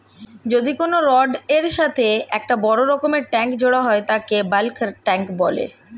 যদি কোনো রডের এর সাথে একটা বড় রকমের ট্যাংক জোড়া হয় তাকে বালক ট্যাঁক বলে